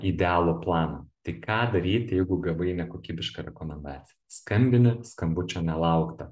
idealų planą tai ką daryti jeigu gavai nekokybišką rekomendaciją skambini skambučio nelaukta